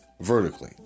vertically